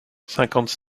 cinquante